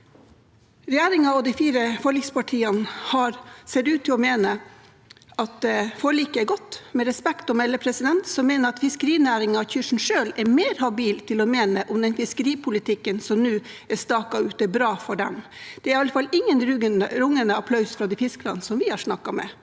Regjeringen og de fire forlikspartiene ser ut til å mene at forliket er godt. Med respekt å melde mener jeg at fiskerinæringen og kysten selv er mer habil til å mene om den fiskeripolitikken som nå er staket ut, er bra for dem. Det er iallfall ingen rungende applaus fra de fiskerne vi har snakket med.